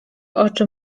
oczy